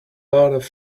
lots